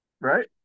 Right